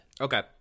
okay